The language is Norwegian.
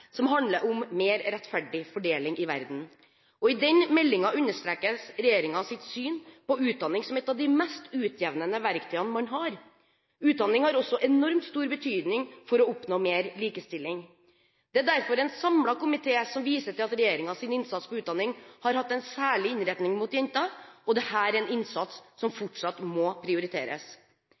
som handler om mer rettferdig fordeling i verden. I den meldingen understrekes regjeringens syn på utdanning som et av de mest utjevnende verktøyene man har. Utdanning har også enormt stor betydning for å oppnå mer likestilling. Det er derfor en samlet komité som viser til at regjeringens innsats på utdanning har hatt en særlig innretning mot jenter, og dette er en innsats som fortsatt må prioriteres.